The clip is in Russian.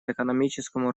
экономическому